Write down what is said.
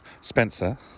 Spencer